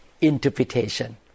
interpretation